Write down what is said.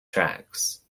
tracks